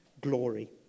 glory